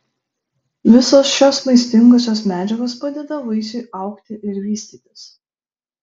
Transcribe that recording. visos šios maistingosios medžiagos padeda vaisiui augti ir vystytis